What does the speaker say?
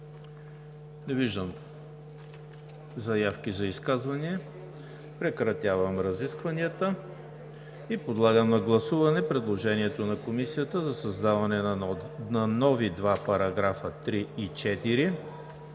изказвания? Не виждам. Прекратявам разискванията. Подлагам на гласуване предложението на Комисията за създаване на нови два параграфа 3 и 4